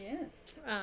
Yes